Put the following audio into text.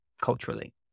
culturally